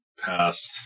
past